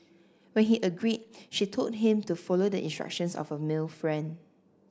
when he agreed she told him to follow the instructions of a male friend